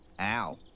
Ow